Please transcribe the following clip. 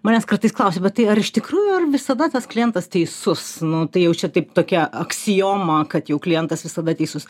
manęs kartais klausia bet tai ar iš tikrųjų ar visada tas klientas teisus nu tai jau čia taip tokia aksioma kad jau klientas visada teisus